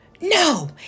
no